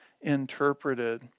interpreted